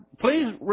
please